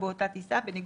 בהחלט, כן,